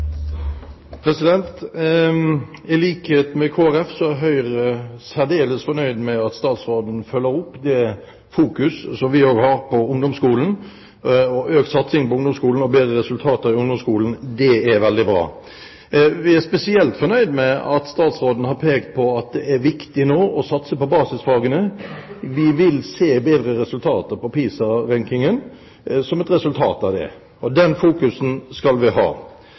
I likhet med Kristelig Folkeparti er Høyre særdeles fornøyd med at statsråden følger opp det fokus som vi har på ungdomsskolen. Økt satsing på ungdomsskolen og bedre resultater i ungdomsskolen er veldig bra. Vi er spesielt fornøyd med at statsråden har pekt på at det nå er viktig å satse på basisfagene. Vi vil se bedre resultater på PISA-rankingen, som et resultat av det. Det fokuset skal vi ha.